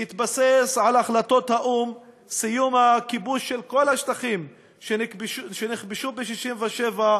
שיתבסס על החלטות האו"ם: סיום הכיבוש של כל השטחים שנכבשו ב-1967,